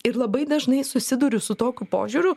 ir labai dažnai susiduriu su tokiu požiūriu